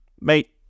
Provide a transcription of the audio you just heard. mate